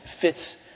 fits